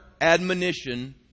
admonition